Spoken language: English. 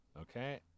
Okay